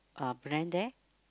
uh brand there